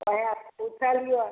ओएह तऽ पुछलियो